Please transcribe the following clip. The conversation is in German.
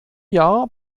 jahr